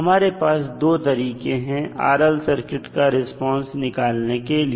हमारे पास दो तरीके हैं RL सर्किट का रिस्पांस निकालने के लिए